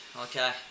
Okay